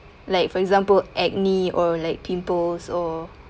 like for example acne or like pimples or